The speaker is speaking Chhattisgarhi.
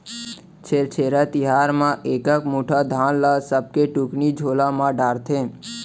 छेरछेरा तिहार म एकक मुठा धान ल सबके टुकनी झोला म डारथे